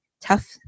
tough